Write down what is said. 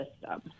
system